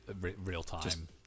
real-time